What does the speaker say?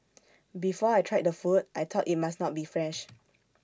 before I tried the food I thought IT must not be fresh